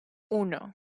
uno